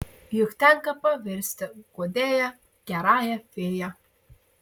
juk tenka pavirsti guodėja gerąją fėja